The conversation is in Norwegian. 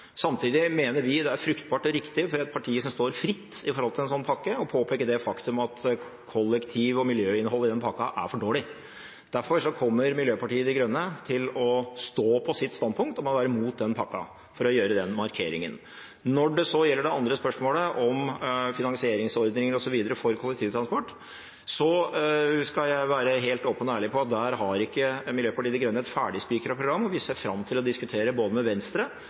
Samtidig mener vi det er fruktbart og riktig for et parti som står fritt i forhold til en slik pakke, å påpeke det faktum at kollektiv- og miljøinnholdet i pakken er for dårlig. Derfor kommer Miljøpartiet De Grønne til å stå på sitt standpunkt om å være imot den pakken, for å gjøre den markeringen. Når det gjelder det andre spørsmålet, om finansieringsordninger osv. for kollektivtransport, skal jeg være helt åpen og ærlig om at der har ikke Miljøpartiet De Grønne et ferdigspikret program, og vi ser fram til å diskutere både med Venstre